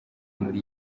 muri